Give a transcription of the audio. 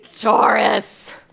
Taurus